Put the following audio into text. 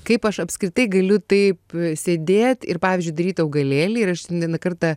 kaip aš apskritai galiu taip sėdėt ir pavyzdžiui daryt augalėlį ir aš vieną kartą